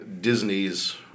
Disney's